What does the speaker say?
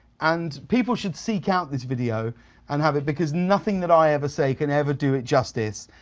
and people should seek out this video and have it because nothing that i ever say can ever do it justice.